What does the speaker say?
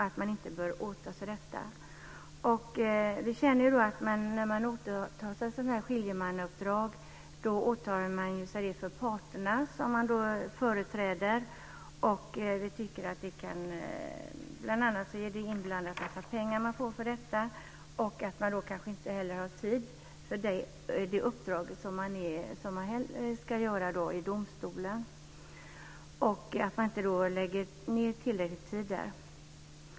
När man åtar sig ett skiljemannauppdrag är det ett åtagande gentemot de parter som man företräder. Bl.a. får man en massa pengar för detta, man kanske inte får tid för det arbete som man har i domstolen och lägger därmed inte ned tillräcklig tid där.